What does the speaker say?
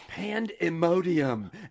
Pandemodium